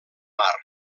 mar